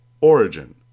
Origin